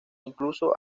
incluso